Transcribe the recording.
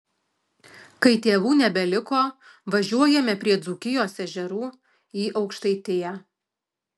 kai tėvų nebeliko važiuojame prie dzūkijos ežerų į aukštaitiją